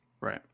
right